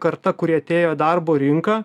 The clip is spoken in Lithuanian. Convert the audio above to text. karta kuri atėjo darbo rinką